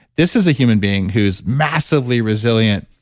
this is a human being who's massively resilient.